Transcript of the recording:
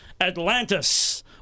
Atlantis